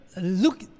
look